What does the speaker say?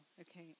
Okay